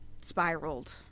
spiraled